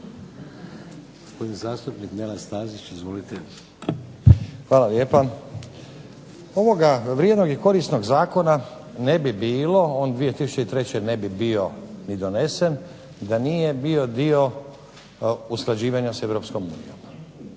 Hvala lijepa. Ovoga vrijednog i korisnog zakona ne bi bilo, on 2003. ne bi bio ni donesen, da nije bio dio usklađivanja s EU.